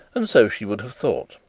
and so she would have thought.